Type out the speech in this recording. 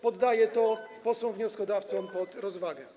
Poddaję to posłom wnioskodawcom pod rozwagę.